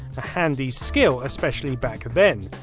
a handy skill, especially back then.